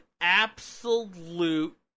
absolute